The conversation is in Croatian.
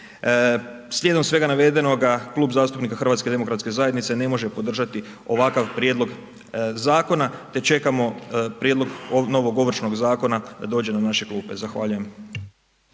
Slijedom svega navedenoga Klub zastupnika HDZ-a ne može podržati ovakav prijedlog zakona te čekamo prijedlog novog Ovršnog zakona da dođe na naše klupe. Zahvaljujem.